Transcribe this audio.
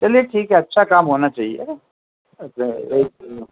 چلیے ٹھیک ہے اچھا کام ہونا چاہیے گا